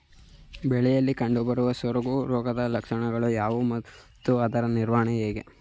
ಬೆಳೆಯಲ್ಲಿ ಕಂಡುಬರುವ ಸೊರಗು ರೋಗದ ಲಕ್ಷಣಗಳು ಯಾವುವು ಮತ್ತು ಅದರ ನಿವಾರಣೆ ಹೇಗೆ?